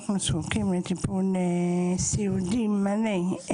אנחנו זקוקים לטיפול סיעודי מלא.